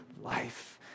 life